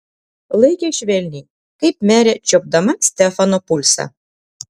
laikė švelniai kaip merė čiuopdama stefano pulsą